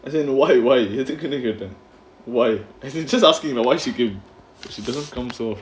as in why why எனக்குனு கேட்டடேன்:eathukunnu keattaen why as in just asking lah why she came she doesn't come so